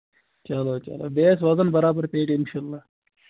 چلو چلو بیٚیہِ حظ سوزَن برابر پیٹہِ اِنشاء اللہ